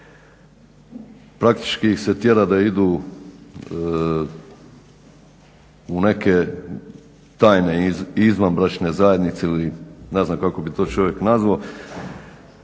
Praktički ih se tjera da idu u neke tajne izvanbračne zajednice ili ne znam kako bi to čovjek nazvao.